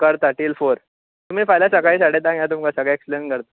करता टील फॉर तुमी फाल्यां सकाळीं साडे धांक येयात तुमका सगळे एक्सप्लेन करतां